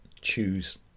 choose